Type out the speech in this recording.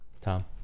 Tom